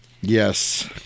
Yes